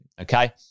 okay